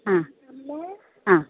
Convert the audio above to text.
ആ ആ